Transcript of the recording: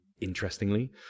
interestingly